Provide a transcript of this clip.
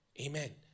Amen